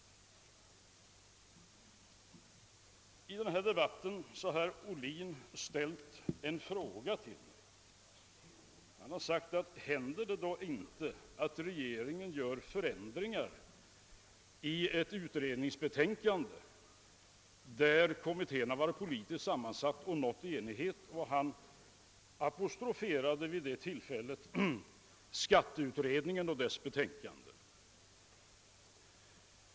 I denna debatt har herr Ohlin ställt en fråga till mig. Han har undrat om det inte händer att regeringen vidtar förändringar i ett utredningsbetänkande, bakom vilket stått en enhällig politiskt sammansatt kommitté. Han apostroferade i detta sammanhang skatteberedningens betänkande.